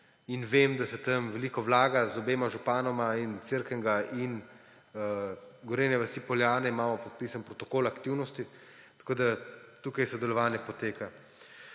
in vem, da se tam veliko vlaga. Z obema županoma, in Cerknega in Gorenje vasi - Poljane imamo podpisan protokol aktivnosti, tako da tukaj sodelovanje poteka.